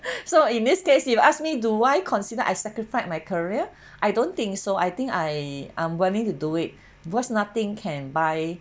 so in this case if you ask me do I consider I sacrifice my career I don't think so I think I I'm willing to do it because nothing can buy